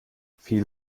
viel